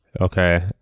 Okay